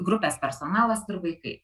grupės personalas ir vaikai